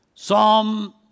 Psalm